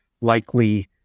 likely